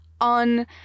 on